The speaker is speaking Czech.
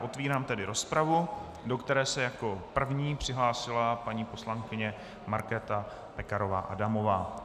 Otvírám tedy rozpravu, do které se jako první přihlásila paní poslankyně Markéta Pekarová Adamová.